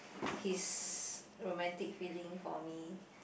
his romantic feeling for me